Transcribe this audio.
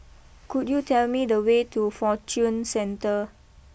could you tell me the way to Fortune Centre